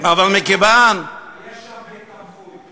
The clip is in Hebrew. יש שם בית-תמחוי.